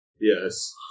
Yes